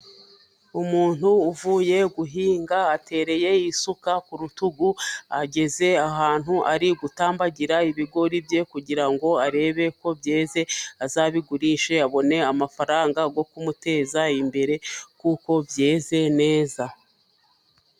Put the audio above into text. Umuntu uvuye guhinga atereye isuka ku rutugu, ageze ahantu ari gutambagira ibigori bye, kugira ngo arebe ko byeze azabigurishe abone amafaranga yo kumuteza imbere kuko byeze neza.